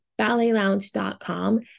BalletLounge.com